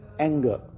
Anger